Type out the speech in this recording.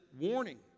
warning